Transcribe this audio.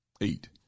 eight